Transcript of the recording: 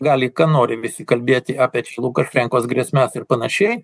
gali ką nori visi kalbėti apie lukašenkos grėsmes ir panašiai